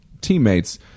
teammates